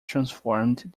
transformed